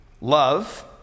Love